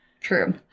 True